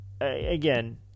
again